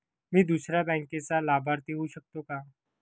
मी दुसऱ्या बँकेचा लाभार्थी होऊ शकतो का?